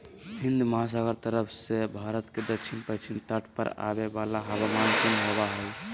हिन्दमहासागर तरफ से भारत के दक्षिण पश्चिम तट पर आवे वाला हवा मानसून होबा हइ